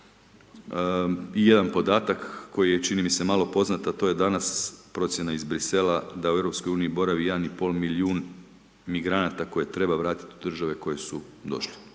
i jedan podatak koji je čini mi se malo poznat, a to je danas procjena iz Bruxellesa da u Europskoj uniji boravi 1,5 milijun migranata koje treba vratiti u države koje su došli,